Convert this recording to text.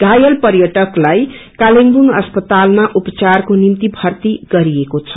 घायल पर्यटकलाई कालेबुङ अस्पतालामा उपचारको निम्ति भर्ती गरिएको छ